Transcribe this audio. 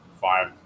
five